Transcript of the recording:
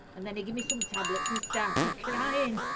and then he gave me some tablets and started crying,